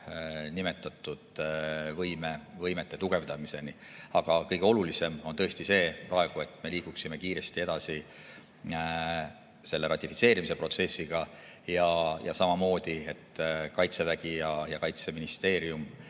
nimetatud võimete tugevdamiseni. Aga kõige olulisem on tõesti praegu see, et me liiguksime kiiresti edasi ratifitseerimise protsessiga ning et Kaitsevägi ja Kaitseministeerium